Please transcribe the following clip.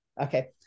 Okay